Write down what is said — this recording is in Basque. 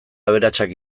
aberatsak